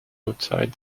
outside